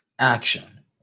Action